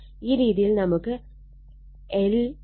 ഈ രീതിയിൽ നമുക്ക് L 2